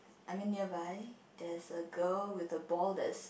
I mean nearby there is a girl with the ball that is